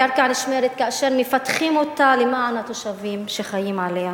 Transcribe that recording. הקרקע נשמרת כאשר מפתחים אותה למען התושבים שחיים עליה.